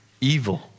evil